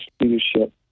leadership